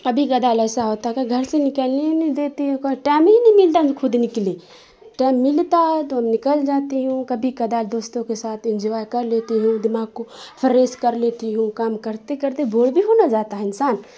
کبھی کبھار ایسا ہوتا ہے کہ گھر سے نکلنے نہیں دیتی او کا ٹائم ہی نہیں ملتا ہم خود نکلے ٹائم ملتا ہے تو ہم نکل جاتی ہوں کبھی کبھار دوستوں کے ساتھ انجوائے کر لیتی ہوں دماغ کو فریش کر لیتی ہوں کام کرتے کرتے بور بھی ہو نہ جاتا ہے انسان